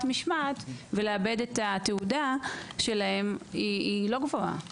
משמעת ולאבד את התעודה שלהם היא לא גבוהה.